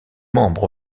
membre